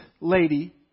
lady